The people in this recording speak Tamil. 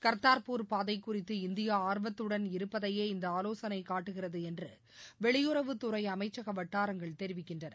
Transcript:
கர்த்தார்பூர் பாதை குறித்து இந்தியா ஆர்வத்துடன் இருப்பதையே இந்த ஆலோசனை காட்டுகிறது என்று வெளியுறவுத்துறை அமைச்சக வட்டாரங்கள் தெரிவிக்கின்றன